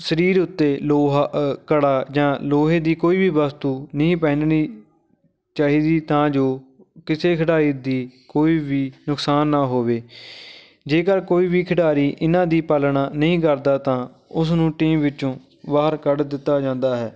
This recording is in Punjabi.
ਸਰੀਰ ਉੱਤੇ ਲੋਹਾ ਕੜਾ ਜਾਂ ਲੋਹੇ ਦੀ ਕੋਈ ਵੀ ਵਸਤੂ ਨਹੀਂ ਪਹਿਨਣੀ ਚਾਹੀਦੀ ਤਾਂ ਜੋ ਕਿਸੇ ਖਿਡਾਰੀ ਦੀ ਕੋਈ ਵੀ ਨੁਕਸਾਨ ਨਾ ਹੋਵੇ ਜੇਕਰ ਕੋਈ ਵੀ ਖਿਡਾਰੀ ਇਹਨਾਂ ਦੀ ਪਾਲਣਾ ਨਹੀਂ ਕਰਦਾ ਤਾਂ ਉਸਨੂੰ ਟੀਮ ਵਿੱਚੋਂ ਬਾਹਰ ਕੱਢ ਦਿੱਤਾ ਜਾਂਦਾ ਹੈ